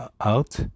out